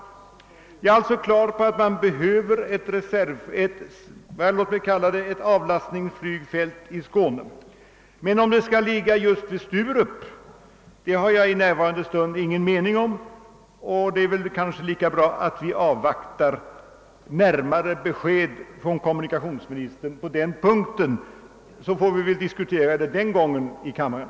Jag har alltså klart för mig att man behöver ett avlastningsflygfält i Skåne. Men huruvida detta skall ligga i Sturup eller inte, har jag för närvarande ingen mening om. Det är kanske lika bra att vi på den punkten avvaktar närmare besked från kommunikationsministern och diskuterar saken senare i kammaren.